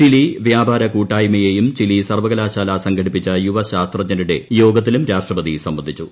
Chile വ്യാപാര കൂട്ടായ്മയേയും Chile സർവകലാശാല സംഘടിപ്പിച്ച യുവശാസ്ത്രജ്ഞരുടെ യോഗത്തിലും രാഷ്ട്രപതി സംബന്ധിച്ചു